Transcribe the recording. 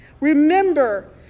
remember